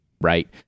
right